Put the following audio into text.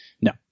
No